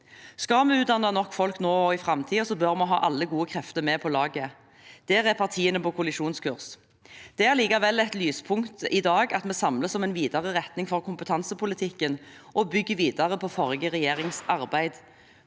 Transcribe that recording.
Skal vi utdanne nok folk nå og i fremtiden, bør vi ha alle gode krefter med på laget. Der er partiene på kollisjonskurs. Det er allikevel et lyspunkt i dag at vi samles om en videre retning for kompetansepolitikken og bygger videre på forrige regjerings arbeid,